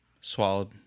swallowed